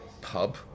pub